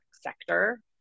sector